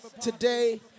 Today